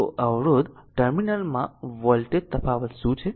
તો અવરોધ ટર્મિનલમાં વોલ્ટેજ તફાવત શું છે